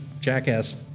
jackass